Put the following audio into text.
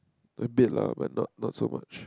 a bit lah but not not so much